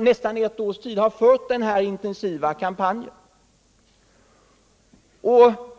nästan ett års tid fört en intensiv kampanj.